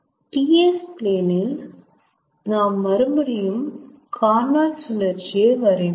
TS plane ல் நாம் மறுபடியும் கார்னோட் சுழற்சியை வரைவோம்